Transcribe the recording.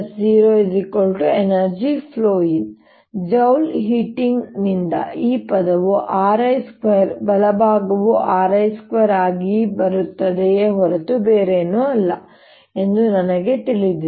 2πaI2a2RI2length dWdt0energy flowing in Joule heating ನಿಂದ ಈ ಪದವು RI2 ಬಲಭಾಗವು RI2 ಆಗಿ ಬರುತ್ತದೆಯೇ ಹೊರತು ಬೇರೇನೂ ಅಲ್ಲ ಎಂದು ನನಗೆ ತಿಳಿದಿದೆ